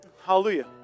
Hallelujah